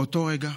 באותו רגע